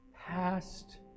past